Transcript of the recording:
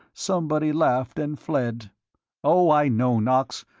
somebody laughed and fled oh, i know, knox.